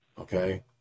okay